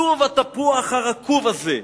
שוב התפוח הרקוב הזה.